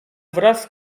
wraz